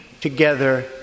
together